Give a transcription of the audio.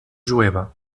jueva